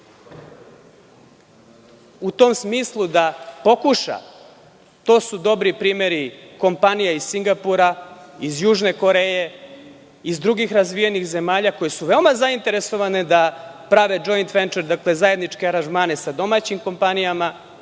u tom smislu da pokuša. To su dobri primeri kompanija iz Singapura, Južne Koreje, iz drugih razvijenih zemalja koje su veoma zainteresovane da prave zajedničke aranžmane sa domaćim kompanijama,